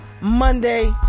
monday